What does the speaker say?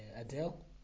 Adele